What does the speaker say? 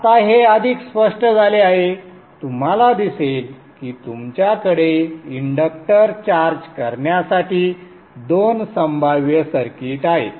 आता हे अधिक स्पष्ट झाले आहे तुम्हाला दिसेल की तुमच्याकडे इंडक्टर चार्ज करण्यासाठी दोन संभाव्य सर्किट आहेत